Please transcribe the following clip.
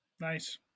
Nice